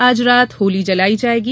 आज रात में होली जलाई जायेगी